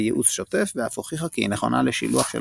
בייעוץ שוטף ואף הוכיחה כי היא נכונה לשילוח של